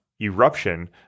eruption